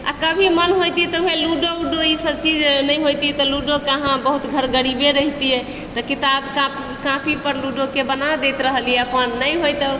आओर कभी मन होइतै तऽ ओएह लूडो उडो ई सब चीज नहि होइतै तऽ लूडो कहाँ बहुत घर गरीबे रहितैक तऽ किताब कॉपीपर लूडोकेँ बना दैत रहलिए अपन नहि होइ तऽ अपन